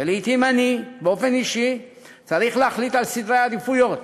ולעתים אני באופן אישי צריך להחליט על סדרי עדיפויות